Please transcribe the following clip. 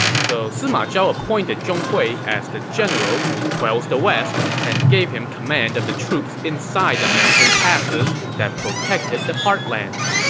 so sima zhao appointed zhong hui as the general who quells the west and gave him command of the troops inside the mountain passes that protected the heartlands.